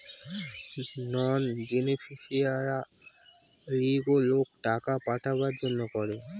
নন বেনিফিশিয়ারিগুলোকে টাকা পাঠাবার জন্য করায়